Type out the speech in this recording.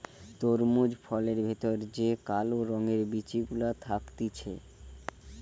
তরমুজ ফলের ভেতর যে কালো রঙের বিচি গুলা থাকতিছে